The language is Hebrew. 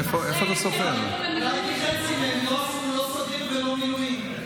אולי כי חצי מהם לא עשו לא סדיר ולא מילואים.